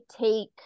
take